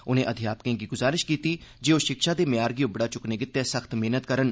उनें अध्यापकें गी ग्जारश कीती जे ओह् शिक्षा दे मय्यार गी उबड़ा च्क्कने गितै सख्त मेहनत करन